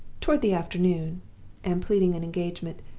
toward the afternoon and, pleading an engagement,